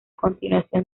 continuación